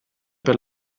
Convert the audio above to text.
per